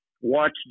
watch